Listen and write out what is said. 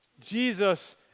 Jesus